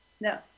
No